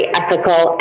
ethical